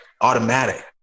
automatic